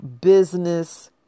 business